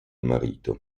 marito